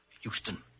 Houston